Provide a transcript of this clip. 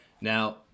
now